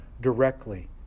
directly